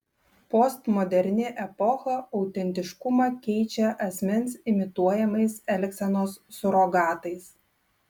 postmoderni epocha autentiškumą keičia asmens imituojamais elgsenos surogatais